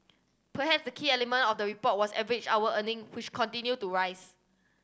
perhaps the key element of the report was average hour earning which continued to rise